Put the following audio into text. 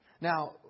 Now